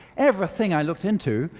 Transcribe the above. everything i looked into,